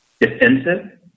defensive